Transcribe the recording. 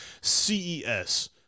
CES